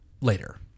later